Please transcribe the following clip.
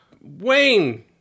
Wayne